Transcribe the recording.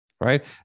right